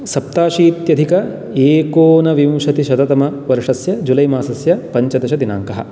सप्ताशीत्यधिक एकोनविंशतिशततमवर्षस्य जुलै मासस्य पञ्चदशदिनाङ्कः